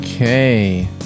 Okay